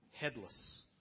Headless